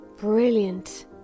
brilliant